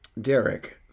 Derek